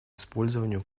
использованию